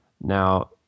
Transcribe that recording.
Now